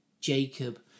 Jacob